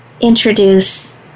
introduce